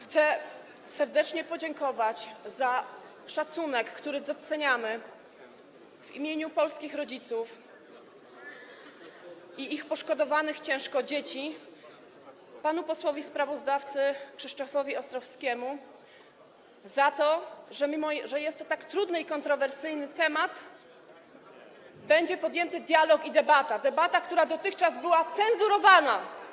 Chcę serdecznie podziękować za szacunek, który doceniamy, w imieniu polskich rodziców i ich ciężko poszkodowanych dzieci panu posłowi sprawozdawcy Krzysztofowi Ostrowskiemu, za to, że mimo iż jest to tak trudny i kontrowersyjny temat, będzie podjęty dialog i debata, debata, która dotychczas była cenzurowana.